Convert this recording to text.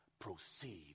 proceed